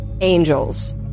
angels